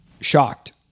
shocked